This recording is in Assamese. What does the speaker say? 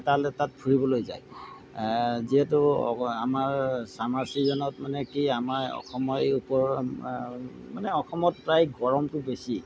তালৈ তাত ফুৰিবলৈ যায় যিহেতু আমাৰ ছামাৰ ছিজনত মানে কি আমাৰ অসম মানে অসমত প্ৰায় গৰমটো বেছি